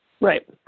right